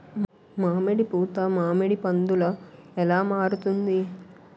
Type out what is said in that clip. మామిడి పూత మామిడి పందుల ఎలా మారుతుంది?